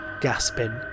Gasping